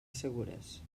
segures